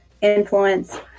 influence